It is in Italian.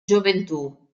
gioventù